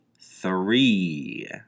Three